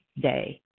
day